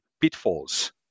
pitfalls